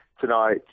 Tonight